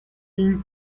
int